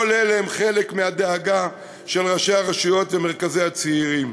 כל אלה הם חלק מהדאגה של ראשי הרשויות ומרכזי הצעירים.